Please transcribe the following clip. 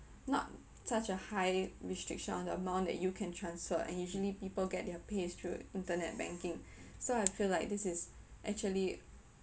not such a high restriction on the amount that you can transfer and usually people get their pays through internet banking so I feel like this is actually